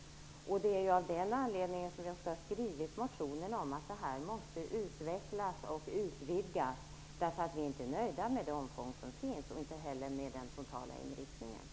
Det är också av den anledningen som vi har skrivit i motionen att det här måste utvecklas och utvidgas - vi är inte nöjda med det omfång som finns och inte heller med den totala inriktningen.